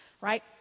right